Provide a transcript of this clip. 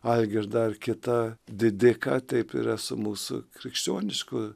algirdą ar kitą didiką taip yra su mūsų krikščionišku